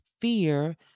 fear